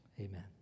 Amen